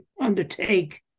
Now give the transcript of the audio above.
undertake